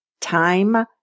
Time